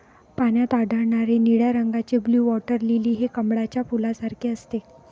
पाण्यात आढळणारे निळ्या रंगाचे ब्लू वॉटर लिली हे कमळाच्या फुलासारखे असते